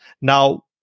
Now